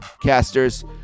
casters